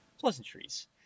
pleasantries